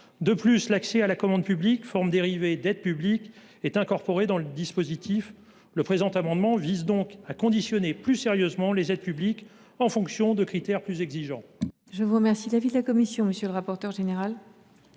De plus, l’accès à la commande publique, forme dérivée d’aide publique, est incorporé dans le dispositif. Le présent amendement vise donc à conditionner plus sérieusement les aides publiques en fonction de critères plus exigeants.